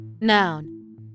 Noun